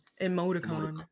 Emoticon